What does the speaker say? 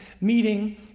meeting